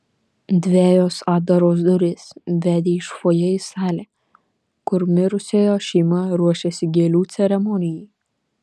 dvejos atdaros durys vedė iš fojė į salę kur mirusiojo šeima ruošėsi gėlių ceremonijai